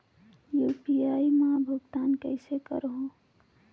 UPI मा भुगतान कइसे करहूं?